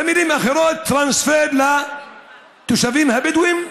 במילים אחרות, טרנספר לתושבים הבדואים,